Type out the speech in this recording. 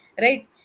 right